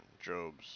job's